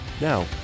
Now